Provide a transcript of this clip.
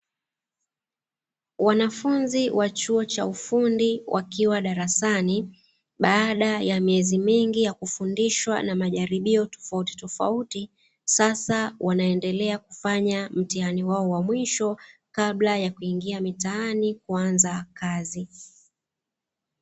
Wanafunzi wa chuo cha ufundi wakiwa darasani baada ya miezi mingi ya kufundishwa na majaribio tofautitofauti, sasa wanaendelea kufanya mtihani wao wa mwisho kabla ya kuingia mitaani kuanza kazi.